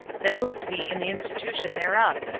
that moved thee in the institution thereof?